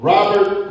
Robert